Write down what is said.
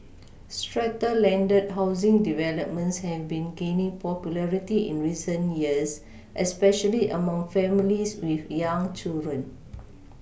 strata landed housing developments have been gaining popularity in recent years especially among families with young children